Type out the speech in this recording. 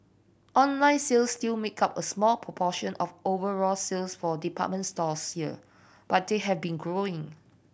online sales still make up a small proportion of overall sales for department stores here but they have been growing